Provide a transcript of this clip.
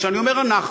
כשאני אומר אנחנו,